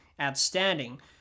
outstanding